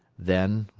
then,